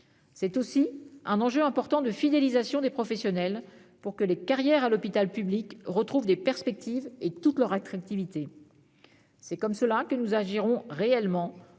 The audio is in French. C'est aussi un enjeu important de fidélisation des professionnels, pour que les carrières à l'hôpital public retrouvent des perspectives et toute leur attractivité. C'est de cette manière que nous agirons réellement